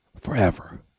forever